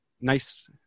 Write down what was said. nice